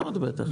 עתיד.